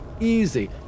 Easy